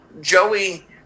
Joey